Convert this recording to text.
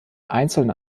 einzeln